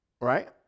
right